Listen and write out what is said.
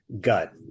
gut